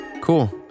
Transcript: Cool